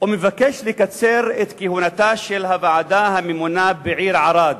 וביקש לקצר את כהונתה של הוועדה הממונה בעיר ערד.